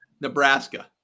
Nebraska